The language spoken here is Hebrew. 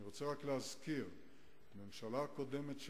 אני רוצה רק להזכיר שהממשלה הקודמת,